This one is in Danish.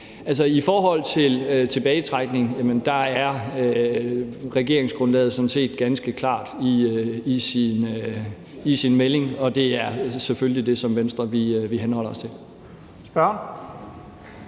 I forhold til tilbagetrækning er regeringsgrundlaget sådan set ganske klart i sin melding, og det er selvfølgelig det, som vi i Venstre henholder os til.